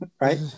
right